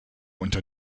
unter